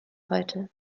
heute